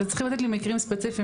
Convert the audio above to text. אתם צריכים לתת לי מקרים ספציפיים,